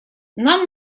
нам